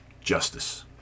justice